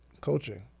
coaching